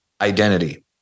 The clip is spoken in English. identity